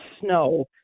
snow